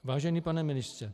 Vážený pane ministře.